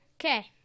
Okay